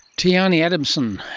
tiahni adamson,